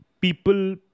people